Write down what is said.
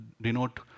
denote